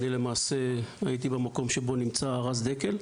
אני למעשה הייתי במקום שבו נמצא רז דקל.